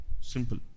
simple